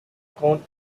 con